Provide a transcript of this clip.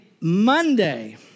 Monday